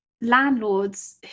landlords